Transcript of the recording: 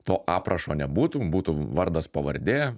to aprašo nebūtų būtų vardas pavardė